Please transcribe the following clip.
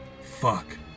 Fuck